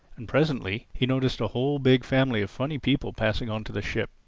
and presently he noticed a whole big family of funny people passing on to the ship.